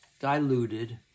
diluted